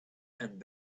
and